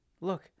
look